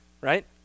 Right